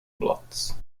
blots